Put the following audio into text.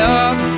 up